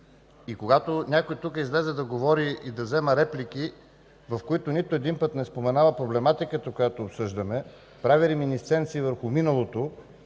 Когато някой тук излезе да говори и да взима реплики, в които нито един път не споменава проблематиката, която обсъждаме, прави реминисценции върху миналото,